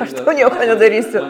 aš tau nieko nedarysiu